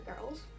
girls